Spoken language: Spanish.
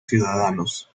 ciudadanos